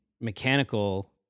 mechanical